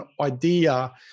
idea